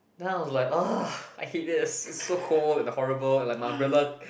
then I was like !ugh! I hate this it's so cold and horrible and my umbrella